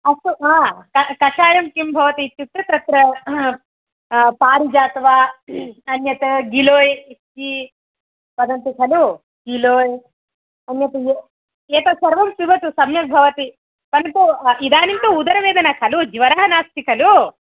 अस्तु आ कषायं किं भवति इत्युक्ते तत्र पारिजातं वा अन्यत् गिलोय् इति वदन्ति खलु गीलोय् अन्यत् ये एतत् सर्वं पिबतु सम्यक् भवति परन्तु इदानीं तु उदरवेदना खलु ज्वरः नास्ति खलु